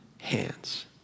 hands